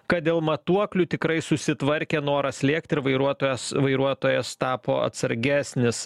kad dėl matuoklių tikrai susitvarkė noras lėkt ir vairuotojas vairuotojas tapo atsargesnis